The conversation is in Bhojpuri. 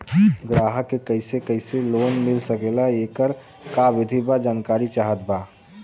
ग्राहक के कैसे कैसे लोन मिल सकेला येकर का विधि बा जानकारी चाहत बा?